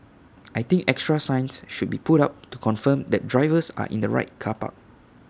I think extra signs should be put up to confirm that drivers are in the right car park